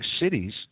cities